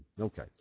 Okay